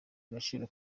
agaciro